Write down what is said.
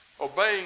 obeying